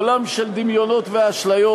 עולם של דמיונות ואשליות.